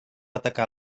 atacar